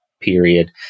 period